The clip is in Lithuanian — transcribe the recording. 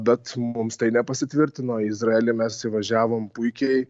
bet mums tai nepasitvirtino į izraelį mes įvažiavom puikiai